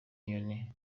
nyoni